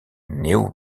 néo